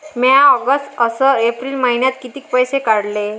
म्या ऑगस्ट अस एप्रिल मइन्यात कितीक पैसे काढले?